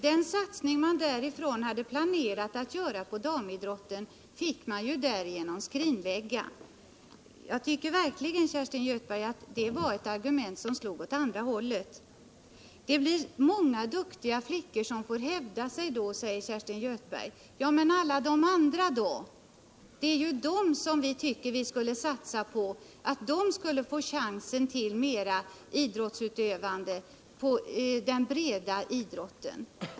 Den satsning på damidrotten som man hade planerat fick därigenom skrinläggas. Jag tycker verkligen, Kerstin Göthberg, att det var ett argument som slog åt andra hållet. | Många duktiga flickor får ullfälle att hävda sig, säger Kerstin Göthberg. Men alla de andra då? Det är ju dessa vi vill skall få chansen till mer idrottsutövande.